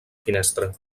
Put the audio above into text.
finestra